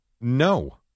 No